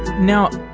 now,